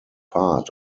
part